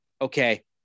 okay